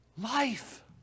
life